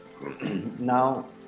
Now